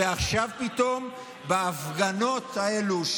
ועכשיו פתאום בהפגנות האלה,